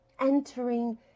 entering